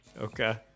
Okay